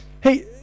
hey